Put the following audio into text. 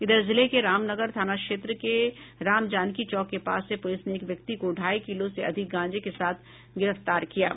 इधर जिले के रामनगर थाना क्षेत्र के राम जानकी चौक के पास से पुलिस ने एक व्यक्ति को ढाई किलो से अधिक गांजे के साथ गिरफ्तार किया है